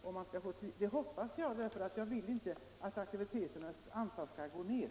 Det hoppas jag också att det gör, eftersom jag inte vill att antalet sammankomster skall gå ned.